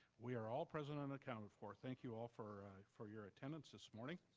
we are all present and accounted for. thank you all for for your attendance this morning.